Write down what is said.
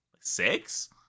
six